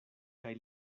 kaj